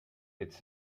its